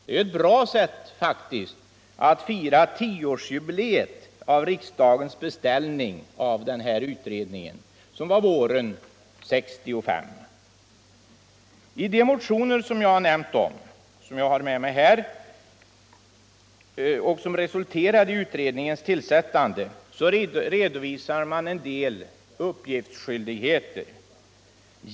Det vore faktiskt ett bra sätt att fira 10-årsjubileet av den tidpunkt då riksdagen beställde denna utredning, våren 1965. I de motioner som jag omnämnt och som resulterade i utredningens tillsättande redovisas en del uppgiftsskyldigheter.